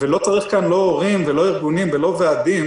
לא צריך כאן לא הורים ולא ארגונים ולא ועדים